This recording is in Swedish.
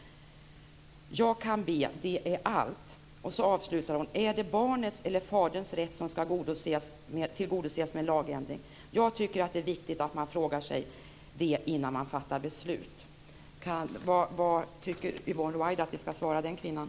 Jag kan be. Det är allt. Hon avslutar: Är det barnets eller faderns rätt som skall tillgodoses med en lagändring? Jag tycker att det är viktigt att man frågar sig det innan man fattar beslut. Vad tycker Yvonne Ruwaida att vi skall svara den kvinnan?